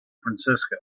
francisco